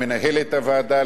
מנהלת הוועדה,